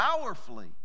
powerfully